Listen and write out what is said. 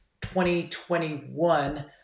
2021